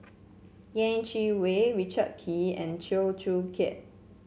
Yeh Chi Wei Richard Kee and Chew Joo Chiat